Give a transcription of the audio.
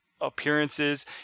appearances